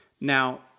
Now